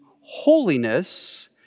holiness